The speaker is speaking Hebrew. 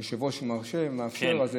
אם היושב-ראש מאפשר.